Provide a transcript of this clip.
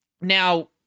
Now